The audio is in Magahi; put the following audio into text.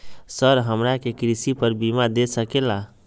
सर हमरा के कृषि पर बीमा दे सके ला?